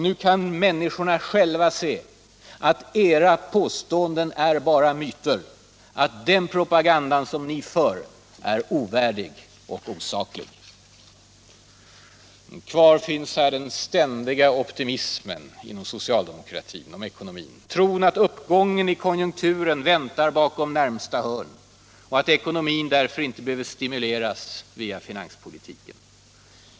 Nu kan människorna själva se att era påståenden är enbart myter och att den propaganda som ni för är ovärdig och osaklig. Kvar finns den ständiga optimismen inom socialdemokratin beträffande ekonomin, tron att uppgången i konjunkturen väntar bakom närmaste hörn och att ekonomin därför inte behöver stimuleras via finanspolitiken.